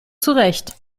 zurecht